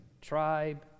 tribe